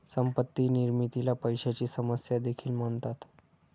संपत्ती निर्मितीला पैशाची समस्या देखील म्हणतात